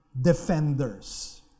defenders